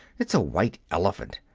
it's a white elephant.